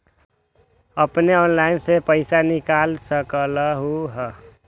अपने ऑनलाइन से पईसा निकाल सकलहु ह?